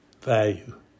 value